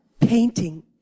Painting